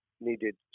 needed